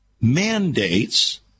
mandates